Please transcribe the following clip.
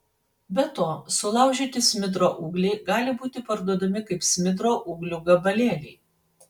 be to sulaužyti smidro ūgliai gali būti parduodami kaip smidro ūglių gabalėliai